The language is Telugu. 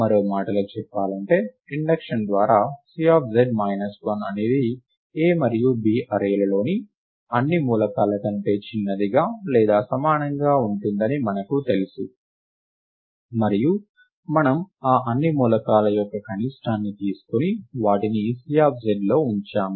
మరో మాటలో చెప్పాలంటే ఇండక్షన్ ద్వారా Cz 1 అనేది A మరియు B అర్రే లలోని అన్ని మూలకాల కంటే చిన్నదిగా లేదా సమానంగా ఉంటుందని మనకు తెలుసు మరియు మనము ఆ అన్ని మూలకాల యొక్క కనిష్టాన్ని తీసుకొని వాటిని Cz లో ఉంచాము